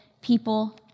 people